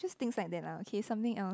just thinks like that lah okay something else